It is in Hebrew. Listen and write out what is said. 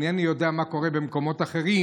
אינני יודע מה קורה במקומות אחרים,